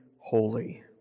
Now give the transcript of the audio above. holy